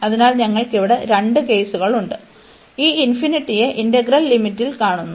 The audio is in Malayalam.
അതിനാൽ ഞങ്ങൾക്ക് ഇവിടെ രണ്ട് കേസുകൾ ഉണ്ട് ഈ ഇൻഫിനിറ്റിയെ ഇന്റഗ്രൽ ലിമിറ്റിൽ കാണുന്നു